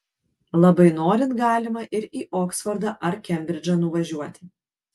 labai norint galima ir į oksfordą ar kembridžą nuvažiuoti